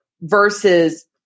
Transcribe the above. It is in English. versus